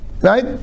Right